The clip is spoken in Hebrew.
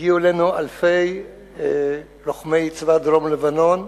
הגיעו אלינו אלפי לוחמי צבא דרום-לבנון,